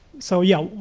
so yeah,